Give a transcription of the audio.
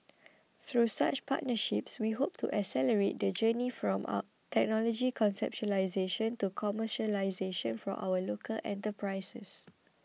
through such partnerships we hope to accelerate the journey from technology conceptualisation to commercialisation for our local enterprises